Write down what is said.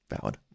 Valid